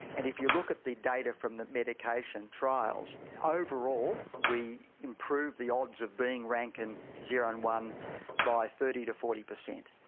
and if you look at the data from the medication trials overall we improve the odds of being rankin zero and one by thirty percent to forty percent.